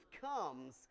comes